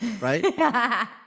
right